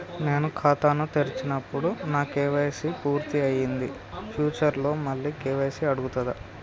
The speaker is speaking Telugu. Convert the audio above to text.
నేను ఖాతాను తెరిచినప్పుడు నా కే.వై.సీ పూర్తి అయ్యింది ఫ్యూచర్ లో మళ్ళీ కే.వై.సీ అడుగుతదా?